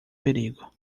perigo